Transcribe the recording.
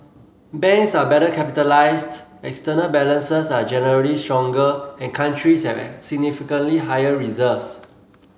banks are better capitalised external balances are generally stronger and countries have significantly higher reserves